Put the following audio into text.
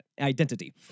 identity